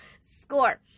score